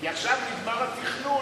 כי עכשיו נגמר התכנון,